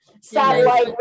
satellite